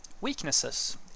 weaknesses